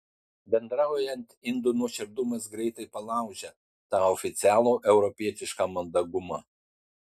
bendraujant indų nuoširdumas greitai palaužia tą oficialų europietišką mandagumą